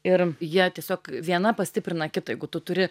ir jie tiesiog viena pastiprina kitą jeigu tu turi